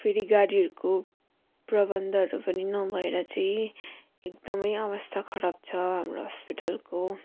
फेरि गाडीहरूको प्रबन्धहरू पनि नभएर चाहिँ एकदमै अवस्था खराब छ हाम्रो हस्पिटलको